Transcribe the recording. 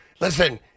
listen